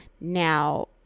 Now